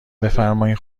بفرمایین